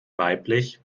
weiblich